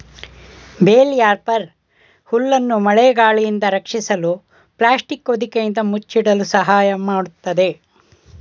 bale wrapper ಹುಲ್ಲನ್ನು ಮಳೆ ಗಾಳಿಯಿಂದ ರಕ್ಷಿಸಲು ಪ್ಲಾಸ್ಟಿಕ್ ಹೊದಿಕೆಯಿಂದ ಮುಚ್ಚಿಡಲು ಸಹಾಯ ಮಾಡತ್ತದೆ